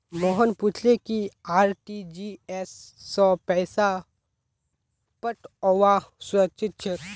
मोहन पूछले कि आर.टी.जी.एस स पैसा पठऔव्वा सुरक्षित छेक